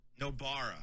Nobara